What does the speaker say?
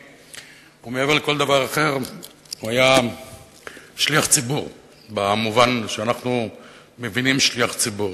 ומעבר לכל דבר אחר הוא היה שליח ציבור במובן שאנחנו מבינים שליח ציבור,